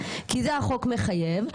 כי זה החוק מחייב.